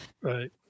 Right